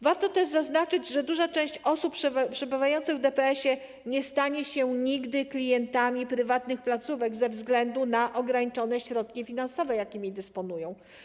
Warto też zaznaczyć, że duża część osób przebywających w DPS-ie nie stanie się nigdy klientami prywatnych placówek ze względu na ograniczone środki finansowe, jakimi dysponują.